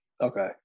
Okay